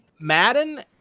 Madden